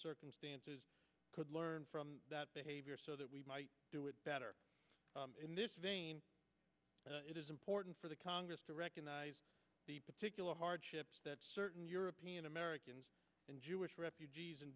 circumstances could learn from that behavior so that we do it better in this vein it is important for the congress to recognize the particular hardships that certain european americans and jewish refugees end